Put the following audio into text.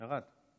ירד.